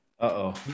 Uh-oh